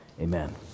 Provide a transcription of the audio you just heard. amen